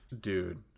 Dude